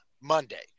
Monday